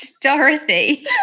Dorothy